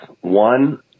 One